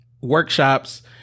workshops